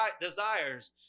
desires